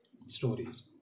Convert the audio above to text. stories